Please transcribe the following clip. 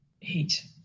heat